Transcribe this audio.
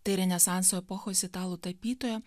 tai renesanso epochos italų tapytojo